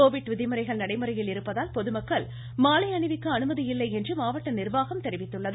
Covid விதிமுறைகள் நடைமுறையில் இருப்பதால் பொதுமக்கள் மாலை அணிவிக்க அனுமதியில்லை என்று மாவட்ட நிர்வாகம் தெரிவித்துள்ளது